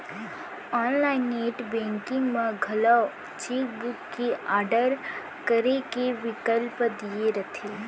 online net banking म घलौ cheque book के आडर करे के बिकल्प दिये रथे